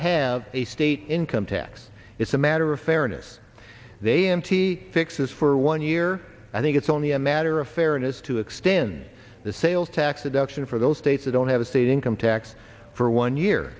have a state income tax it's a matter of fairness they empty fixes for one year i think it's only a matter of fairness to extend the sales tax deduction for those states that don't have a state income tax for one year